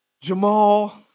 Jamal